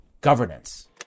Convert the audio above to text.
governance